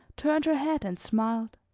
turned her head and smiled